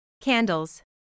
Candles